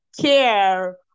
care